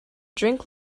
drink